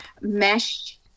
mesh